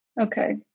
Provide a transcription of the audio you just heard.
Okay